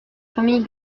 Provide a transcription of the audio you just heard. famille